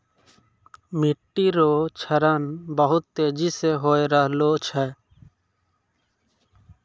मिट्टी रो क्षरण बहुत तेजी से होय रहलो छै